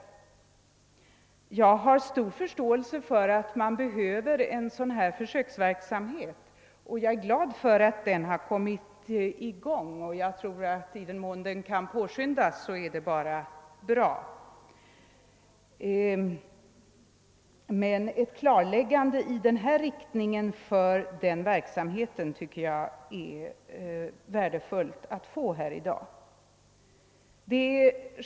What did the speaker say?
Jag har stor förståelse för att man behöver en försöksverksamhet av detta slag, och jag är glad över att den har kommit i gång. I den mån den kan påskyndas är detta bara bra. Men ett klarläggande i denna riktning för den verksamheten tycker jag att det vore värdefullt att få här i dag.